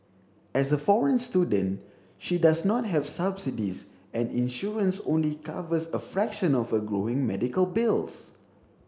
as a foreign student she does not have subsidies and insurance only covers a fraction of her growing medical bills